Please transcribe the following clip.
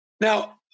Now